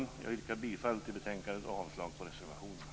Jag yrkar bifall till hemställan i betänkandet och avslag på reservationerna.